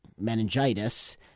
meningitis